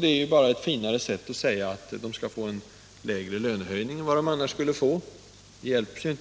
Det är ju bara ett finare sätt att säga att de skall få en mindre lönehöjning än de annars skulle ha fått. Även